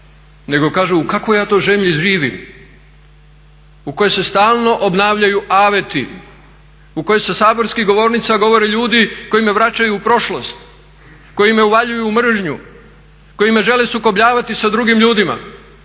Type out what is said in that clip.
nego kažu u kakvoj ja to zemlji živim? U kojoj se stalno obnavljaju aveti, u kojoj sa saborski govornica govore ljudi koji me vraćaju u prošlost, koji me uvaljuju u mržnju, koji me žele sukobljavati sa drugim ljudima,